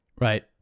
Right